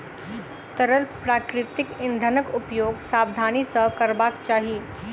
तरल प्राकृतिक इंधनक उपयोग सावधानी सॅ करबाक चाही